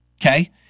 Okay